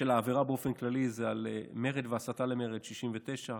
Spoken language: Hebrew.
העבירה באופן כללי: מרד והסתה למרד, 69,